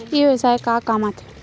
ई व्यवसाय का काम आथे?